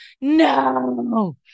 No